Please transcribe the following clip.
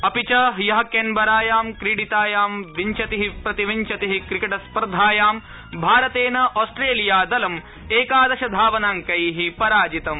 अपि च ह्यः कैनबरायां क्रीडितायां विंशतिः प्रतिविंशति क्रिकेट स्पर्धायां भारतेन ऑस्ट्रेलियादलम् एकादशधावनांकैः पराजितम